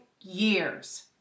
years